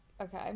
Okay